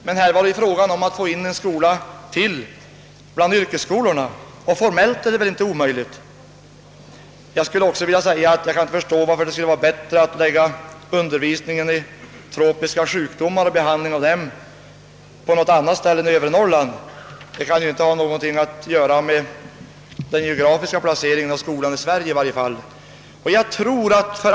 Men här var det ju fråga om att få in ytterligare en skola bland yrkesskolorna, och formellt är det väl inte omöjligt. Jag skulle också vilja säga att jag inte kan förstå varför det skulle vara bättre att förlägga undervisningen i tropiska sjukdomar och behandlingen av dem till något annat ställe än övre Norrland. Det kan ju inte ha någonting att göra med den geografiska placeringen av skolan i Sverige.